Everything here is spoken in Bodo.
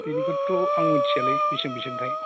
बिनिखौथ' आं मिन्थियालै बिसिबां बिसिबांथाय